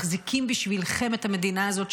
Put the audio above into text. מחזיקים בשבילכם את המדינה הזאת,